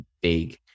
big